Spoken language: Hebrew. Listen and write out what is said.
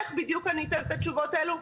איך בדיוק אני אוכל לתת את התשובות האלו,